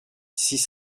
six